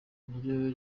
niryo